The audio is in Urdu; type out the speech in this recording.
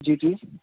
جی جی